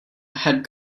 had